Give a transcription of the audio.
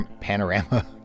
panorama